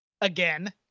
again